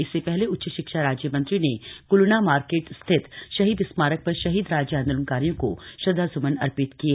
इससे पहले उच्च शिक्षा राज्य मंत्री ने क्लणा मार्केट स्थित शहीद स्मारक पर शहीद राज्य आन्दोलनकारियों को श्रद्वास्मन अर्पित किये